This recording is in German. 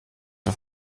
auf